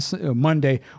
Monday